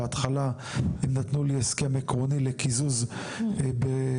שבהתחלה נתנו לי הסכם עקרוני לקיזוז באי